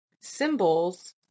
symbols